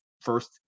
first